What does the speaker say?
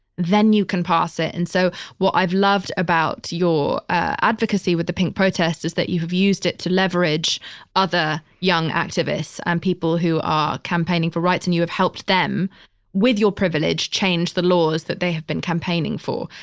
then you can pass it. and so what i've loved about your advocacy with the pink protest is that you've used it to leverage other young activists and people who are campaigning for rights and you have helped them with your privilege change the laws that they have been campaigning for.